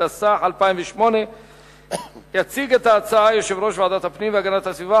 התשס"ח 2008. יציג את ההצעה יושב-ראש ועדת הפנים והגנת הסביבה,